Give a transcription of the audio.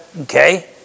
Okay